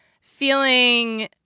feeling